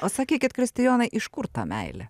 o sakykit kristijonai iš kur ta meilė